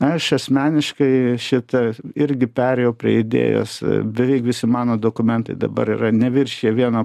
aš asmeniškai šita irgi perėjau prie idėjos beveik visi mano dokumentai dabar yra neviršija vieno